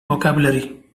vocabulary